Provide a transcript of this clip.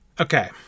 Okay